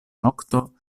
nokton